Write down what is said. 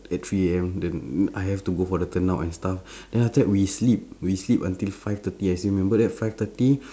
at three A_M then I have to go for the turnout and stuff then after that we sleep we sleep until five thirty I still remember that five thirty